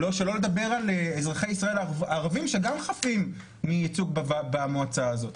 שלא לדבר על אזרחי ישראל הערבים שגם חפים מייצוג בוועדה הזאת.